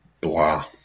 blah